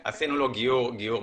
כן, עשינו לו גיור מהיר.